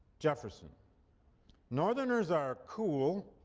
jefferson northerners are cool,